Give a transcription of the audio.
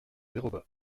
déroba